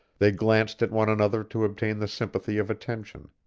they glanced at one another to obtain the sympathy of attention,